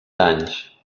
danys